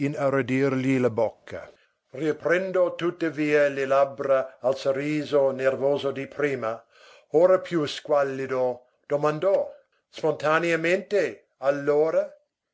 inaridirgli la bocca riaprendo tuttavia le labbra al sorriso nervoso di prima ora più squallido domandò spontaneamente allora